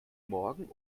morgen